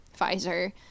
Pfizer